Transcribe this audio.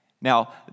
Now